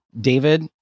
David